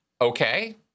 Okay